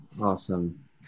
Awesome